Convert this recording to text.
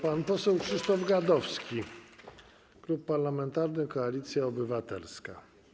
Pan poseł Krzysztof Gadowski, Klub Parlamentarny Koalicja Obywatelska.